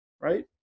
right